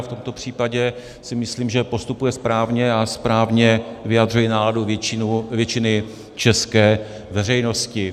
V tomto případě si myslím, že postupuje správně a správně vyjadřuje náladu většiny české veřejnosti.